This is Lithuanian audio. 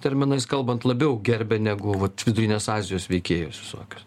terminais kalbant labiau gerbė negu vat vidurinės azijos veikėjus visokius